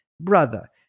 brother